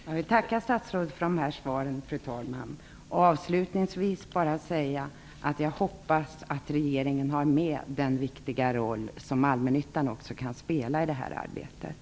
Fru talman! Jag vill tacka statsrådet för de här svaren. Låt mig avslutningsvis säga att jag hoppas att regeringen också tänker på den viktiga roll som allmännyttan kan spela i det här arbetet.